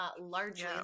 largely